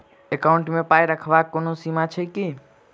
Account मे पाई रखबाक कोनो सीमा छैक की?